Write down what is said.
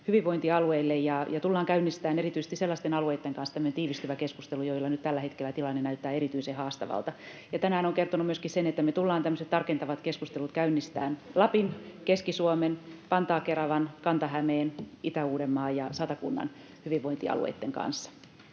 hyvinvointialueille ja tullaan käynnistämään tämmöinen tiivistyvä keskustelu erityisesti sellaisten alueitten kanssa, joilla nyt tällä hetkellä tilanne näyttää erityisen haastavalta. Tänään olen kertonut myöskin sen, että me tullaan tämmöiset tarkentavat keskustelut käynnistämään Lapin, Keski-Suomen, Vantaan-Keravan, Kanta-Hämeen, Itä-Uudenmaan ja Satakunnan hyvinvointialueitten kanssa.